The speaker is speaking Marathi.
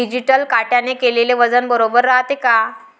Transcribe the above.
डिजिटल काट्याने केलेल वजन बरोबर रायते का?